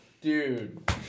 Dude